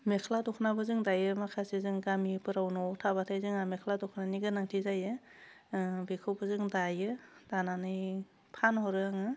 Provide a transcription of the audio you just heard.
मेख्ला दख'नाबो जों दायो माखासे जों गामिफोराव न'आव थाबायथाय जोंहा मेख्ला दख'नानि गोनांथि जायो बेखौबो जों दायो दानानै फानहरो आङो